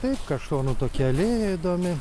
taip kaštonų tokia alėja įdomi